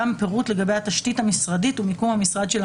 פירוט לגבי התשתית המשרדית ומיקום המשרד.